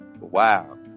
Wow